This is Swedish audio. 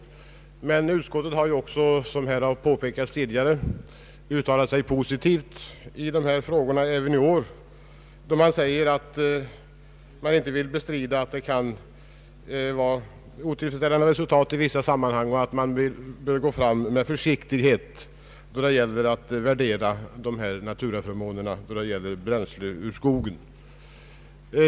Men utskottet har också, som här har påpekats tidigare, uttalat sig positivt i dessa frågor även i år. Utskottet vill inte bestrida att normerna ibland kan leda till otillfredsställande resultat i vissa sammanhang och att man bör gå fram med en viss försiktighet när det gäller att värdera naturaförmåner.